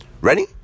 Ready